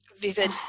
vivid